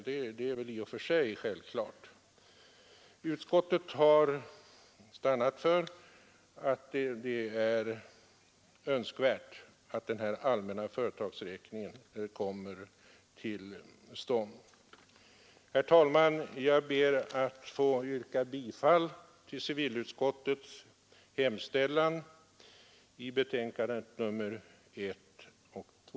Utskottet har stannat för att det i nuvarande situation är önskvärt att den här allmänna företagsräkningen kommer till stånd. Herr talman! Jag ber att få yrka bifall till civilutskottets hemställan i betänkandena 1 och 2.